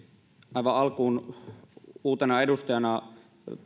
aivan alkuun uutena edustajana